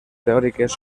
teòriques